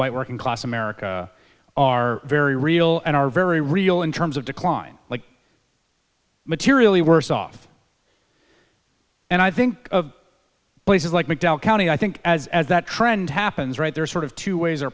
white working class america are very real and are very real in terms of decline like materially worse off and i think of places like mcdowell county i think as that trend happens right there's sort of two ways o